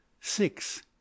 six